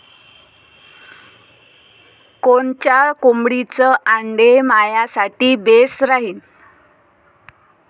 कोनच्या कोंबडीचं आंडे मायासाठी बेस राहीन?